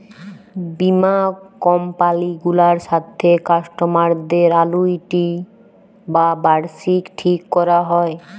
বীমা কমপালি গুলার সাথে কাস্টমারদের আলুইটি বা বার্ষিকী ঠিক ক্যরা হ্যয়